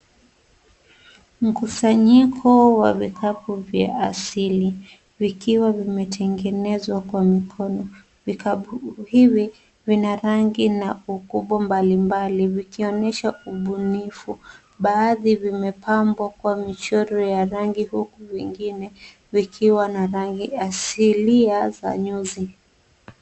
Mkusanyiko wa vikapu vya asili vikiwa vimetengenezwa kwa mikono. Vikapu hivi vina rangi na ukubwa mbalimbali vikionyesha ubunifu. Baadhi vimepambwa kwa michoro ya rangi huku vingine vikiwa na rangi asilia za nyuzi.